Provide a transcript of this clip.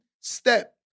step